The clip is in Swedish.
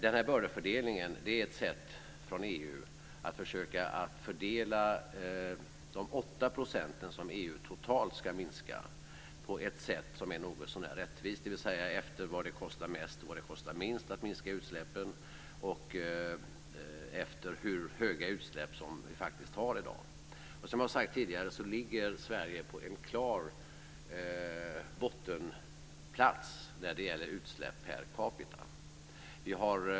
Denna bördefördelning är ett försök från EU att fördela de 8 % som EU totalt ska minska med på ett sätt som är någotsånär rättvist. Man har då gått efter var det kostar mest och var det kostar minst att minska utsläppen och efter hur höga utsläpp man faktiskt har i dag. Som jag har sagt tidigare ligger Sverige på en klar bottenplats när det gäller utsläpp per capita.